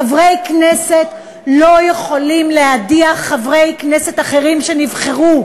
חברי כנסת לא יכולים להדיח חברי כנסת אחרים שנבחרו.